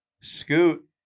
Scoot